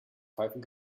pfeifen